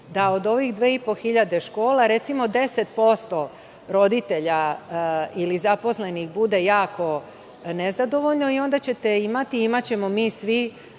da od ovih 2.500 škola recimo 10% roditelja ili zaposlenih bude jako nezadovoljno i onda ćete imati, imaćemo svi